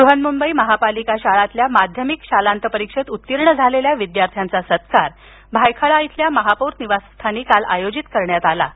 बहन्मुंबई महानगरपालिका शाळांतील माध्यमिक शालांत परीक्षेत उत्तीर्ण झालेल्या विद्यार्थ्यांचा सत्कार भायखळा येथील महापौर निवासस्थानी काल आयोजित करण्यात आला होता